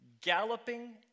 galloping